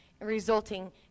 resulting